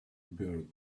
bird